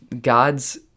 God's